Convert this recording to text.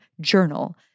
journal